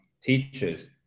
teachers